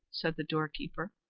said the doorkeeper.